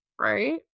Right